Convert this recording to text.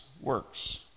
works